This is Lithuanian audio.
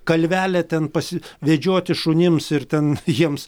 kalvelė ten pasi vedžioti šunims ir ten jiems